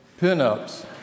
pinups